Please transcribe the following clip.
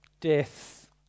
death